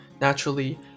naturally